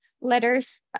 letters